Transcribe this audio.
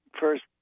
first